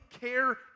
care